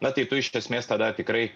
na tai tu iš esmės tada tikrai